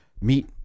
meet